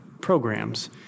programs